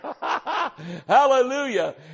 Hallelujah